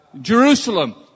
Jerusalem